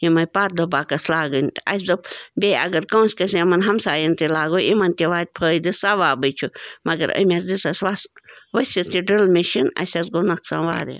یِمے پردٕ بۄکٕس لاگٕنۍ اَسہِ دۄٚپ بیٚیہِ اگر کٲنٛسہِ کٲنٛسہِ یَمن ہمساین تہِ لاگو یِمن تہِ واتہِ فٲیدٕ ثوابٕے چھُ مگر یِم حظ دِژ اَسہِ وَسہٕ ؤسِتھ یہِ ڈٕرل مِشیٖن اَسہِ حظ گوٚو نۄقصان وارِیاہ